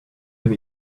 can